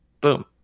Boom